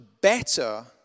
better